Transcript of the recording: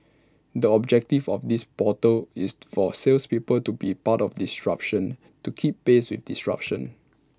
the objective of this portal is for salespeople to be part of disruption to keep pace with disruption